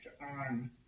on